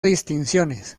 distinciones